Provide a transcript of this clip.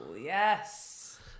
yes